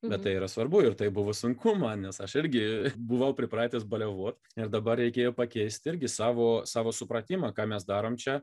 bet tai yra svarbu ir tai buvo sunku man nes aš irgi buvau pripratęs baliavot nes dabar reikėjo pakeisti irgi savo savo supratimą ką mes darom čia